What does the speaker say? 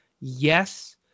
Yes